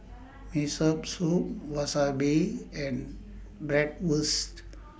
Miso Soup Wasabi and Bratwurst